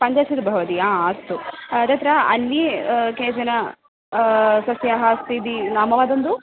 पञ्चाशद्भवति आ अस्तु तत्र अन्ये केचन सस्यानि अस्ति इति नाम वदन्तु